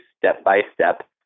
step-by-step